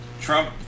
trump